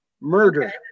Murder